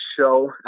show